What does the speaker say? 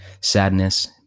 sadness